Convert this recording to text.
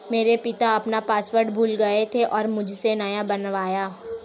मेरे पिता अपना पासवर्ड भूल गए थे और मुझसे नया बनवाया